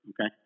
okay